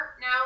now